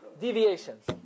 deviations